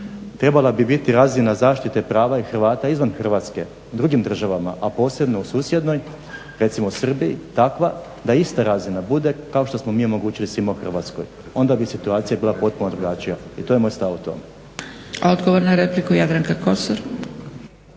trebala bi biti razina zaštite prava i Hrvata izvan Hrvatske drugim državama a posebno u susjednoj, recimo u Srbiji takva da ista razina bude kao što smo mi omogućili svima u Hrvatskoj. Onda bi situacija bila potpuno drugačija i to je moj stav o tome. **Zgrebec, Dragica (SDP)** Odgovor na repliku, Jadranka Kosor.